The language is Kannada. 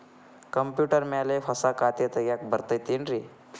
ಕಂಪ್ಯೂಟರ್ ಮ್ಯಾಲೆ ಹೊಸಾ ಖಾತೆ ತಗ್ಯಾಕ್ ಬರತೈತಿ ಏನ್ರಿ?